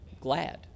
glad